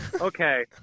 okay